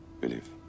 Believe